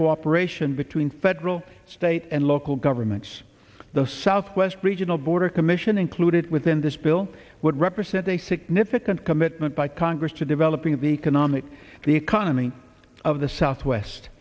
cooperation between federal state and local governments the southwest regional border commission included within this bill would represent a significant commitment by congress to developing the economic the economy of the southwest